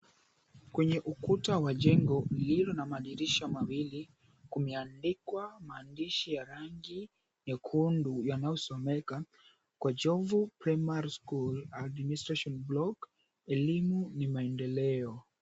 Kwenye ukuta wa jengo lililo na madirisha mawili, kumeandikwa maandishi ya rangi nyekundu yanayosomeka, "Kwa Jomvu Primary School Administration Block Elimu ni Maendeleo."